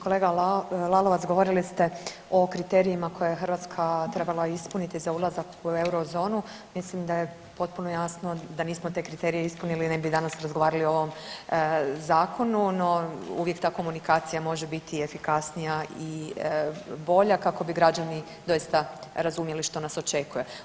Kolega Lalovac govorili ste o kriterijima je Hrvatska trebala ispuniti za ulazak u Eurozonu, mislim da je potpuno jasno da nismo te kriterije ispunili ne bi danas razgovarali o ovom zakonu, no uvijek ta komunikacija može biti i efikasnija i bolja kako bi građani doista razumjeli što nas očekuje.